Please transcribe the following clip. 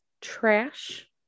trash